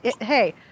Hey